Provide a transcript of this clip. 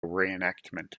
reenactment